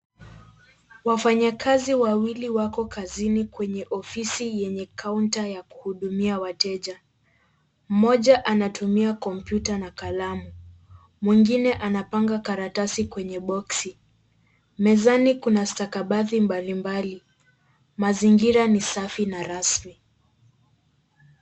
Wafanyikazi wawili wako kazini kwenye ofisi yenye counter ya kuhudumia wateja. Mmoja anatumia computer na lalamu. Mwingine anapanga karatasi kwenye boksi. Mezani kuna stakabadhi mbalimbali. Mazingira ni safi na rasmi.